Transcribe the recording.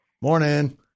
Morning